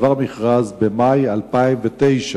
עבר מכרז במאי 2009,